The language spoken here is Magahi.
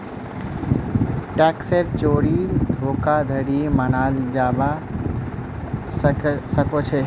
टैक्सेर चोरी धोखाधड़ी मनाल जाबा सखेछोक